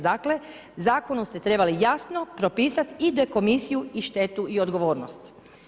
Dakle zakon ste trebali jasno propisati i dekomisiju i štetu i odgovornost.